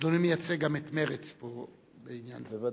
אדוני מייצג גם את מרצ פה בעניין זה.